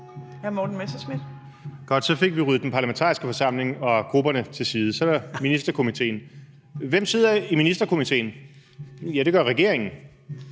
Morten Messerschmidt (DF): Godt, så fik vi ryddet den parlamentariske forsamling og grupperne til side. Så er der Ministerkomitéen. Hvem sidder i Ministerkomitéen? Ja, det gør regeringen,